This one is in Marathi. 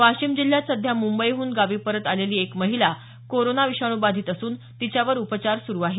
वाशीम जिल्ह्यात सध्या मुंबईहून गावी परत आलेली एक महिला कोरोना विषाणू बाधित असून तिच्यावर उपचार सुरू आहेत